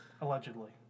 Allegedly